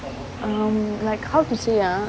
um like how to say ah